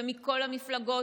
מכל המפלגות,